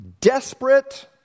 desperate